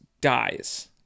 dies